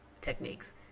techniques